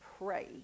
pray